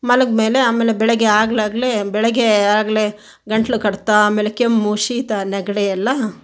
ಮಲಗ್ಮೇಲೆ ಆಮೇಲೆ ಬೆಳಗ್ಗೆ ಆಗಲಾಗಲೇ ಬೆಳಗ್ಗೆ ಆಗಲೇ ಗಂಟಲು ಕಡಿತ ಆಮೇಲೆ ಕೆಮ್ಮು ಶೀತ ನೆಗಡಿ ಎಲ್ಲ